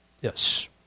Yes